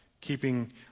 keeping